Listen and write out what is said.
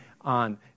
on